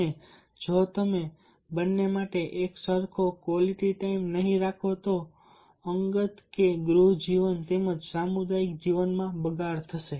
અને જો તમે બંને માટે એકસરખો ક્વોલિટી ટાઈમ નહીં રાખો તો અંગત કે ગૃહજીવન તેમજ સામુદાયિક જીવનમાં બગાડ થશે